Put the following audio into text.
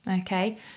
okay